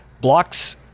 blocks